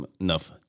enough